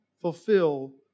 fulfill